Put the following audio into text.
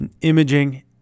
imaging